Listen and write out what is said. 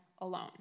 alone